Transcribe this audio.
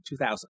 2000